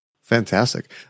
Fantastic